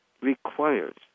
requires